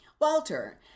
Walter